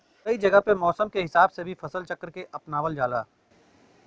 कई जगह पे मौसम के हिसाब से भी फसल चक्र के अपनावल जाला